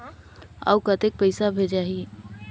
अउ कतेक पइसा भेजाही?